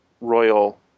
royal